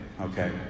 okay